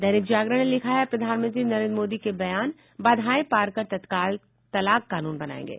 दैनिक जागरण ने लिखा है प्रधानमंत्री नरेन्द्र मोदी के बयान बाधाएं पार कर तत्काल तलाक कानून बनायेंगे